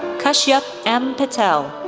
kashyap m. patel,